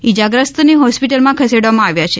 ઇજાગ્રસ્તને હોસ્પિટલમાં ખસેડવામાં આવ્યા છે